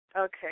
Okay